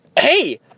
Hey